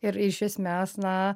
ir iš esmės na